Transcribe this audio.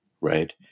Right